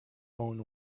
own